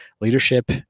leadership